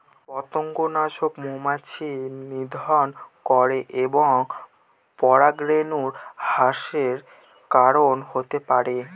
পতঙ্গনাশক মৌমাছি নিধন করে এবং পরাগরেণু হ্রাসের কারন হতে পারে